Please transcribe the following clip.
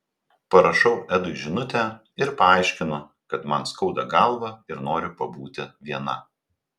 parašau edui žinutę ir paaiškinu kad man skauda galvą ir noriu pabūti viena